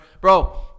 Bro